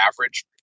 average